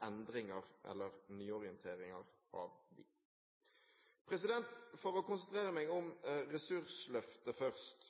endringer, eller nyorienteringer, av dem For å konsentrere meg om ressursløftet først: